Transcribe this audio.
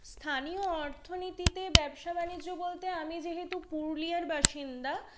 স্থানীয় অর্থনীতিতে ব্যবসা বাণিজ্য বলতে আমি যেহেতু পুরুলিয়ার বাসিন্দা